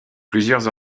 plusieurs